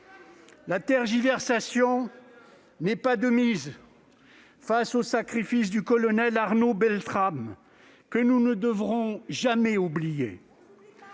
La tergiversation n'est pas de mise face au sacrifice du colonel Arnaud Beltrame, que nous ne devrons jamais oublier.